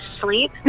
sleep